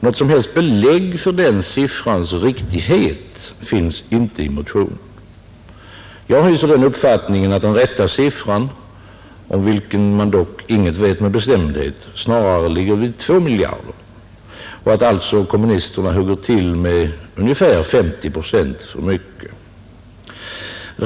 Något som helst belägg för den siffrans riktighet finns inte i motionen. Jag hyser den uppfattningen att den rätta siffran, om vilken man dock inget vet med bestämdhet, snarare ligger vid 2 miljarder kronor och att alltså kommunisterna hugger till med ungefär 50 procent för mycket.